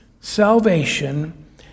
salvation